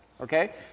Okay